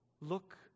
look